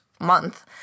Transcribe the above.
month